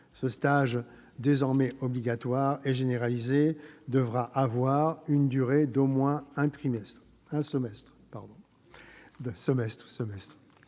Ce stage, désormais obligatoire et généralisé, devra avoir une durée d'au moins un semestre-